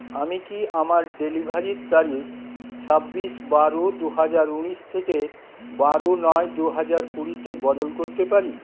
আমি কি আমার ডেলিভারির তারিখ ছাব্বিশ বারো দু হাজার উনিশ থেকে বারো নয় দু হাজার কুড়িতে বদল করতে পারি